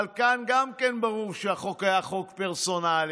אבל גם כאן ברור שהחוק היה חוק פרסונלי.